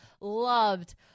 loved